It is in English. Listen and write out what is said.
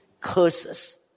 curses